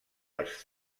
els